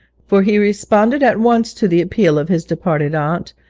for he responded at once to the appeal of his departed aunt,